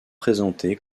présenté